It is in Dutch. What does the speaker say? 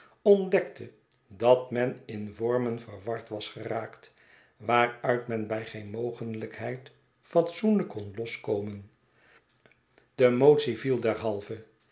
ontdekte dat men in vormen verwardwas geraakt waaruit men bij geen mogelijkheid fatsoenlijk kon loskomen de motie viel derhalve